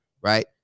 right